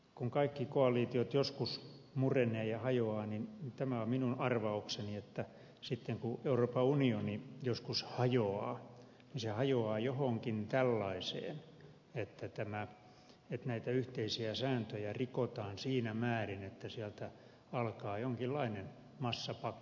kun kaikki koalitiot joskus murenevat ja hajoavat niin tämä on minun arvaukseni että sitten kun euroopan unioni joskus hajoaa niin se hajoaa johonkin tällaiseen että näitä yhteisiä sääntöjä rikotaan siinä määrin että sieltä alkaa jonkinlainen massapako